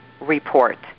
report